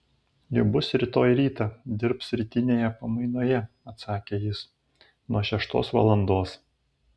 ji bus rytoj rytą dirbs rytinėje pamainoje atsakė jis nuo šeštos valandos